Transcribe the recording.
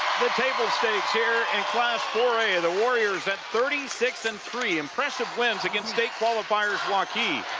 the table stakes here inclass four a of the warriors at thirty six and three, impressive wins against state qualifiers joaquin,